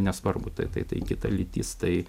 nesvarbu tai tai kita lytis tai